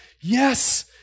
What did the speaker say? Yes